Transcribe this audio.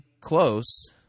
close